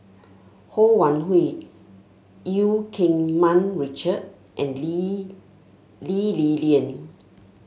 Ho Wan Hui Eu Keng Mun Richard and Lee Lee Li Lian